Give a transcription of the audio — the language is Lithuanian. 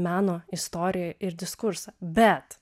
meno istoriją ir diskursą bet